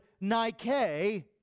nike